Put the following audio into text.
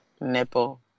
nipple